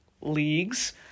leagues